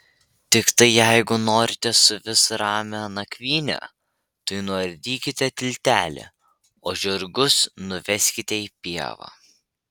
tiktai jeigu norite suvis ramią nakvynę tai nuardykite tiltelį o žirgus nuveskite į pievą